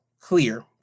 clear